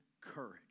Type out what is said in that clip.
courage